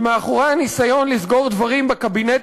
שמאחורי הניסיון לסגור דברים בקבינט